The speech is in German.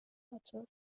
hatte